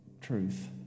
truth